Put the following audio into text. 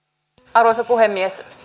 arvoisa puhemies